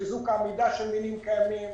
חיזוק העמידה של מינים קיימים,